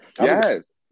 Yes